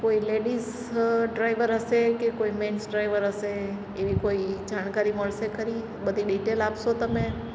કોઈ ladies driver હશે કે કોઈ મેન્સ ડ્રાઈવર હશે એવી કોઈ જાણકારી મળશે ખરી બધી ડિટેલ આપશો તમે